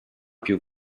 più